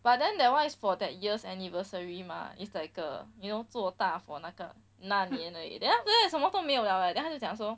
but then that one is for that year's anniversary mah it's like a you know 做大 for 那个那年而已 then after that 什么都没有了 leh then 他就讲说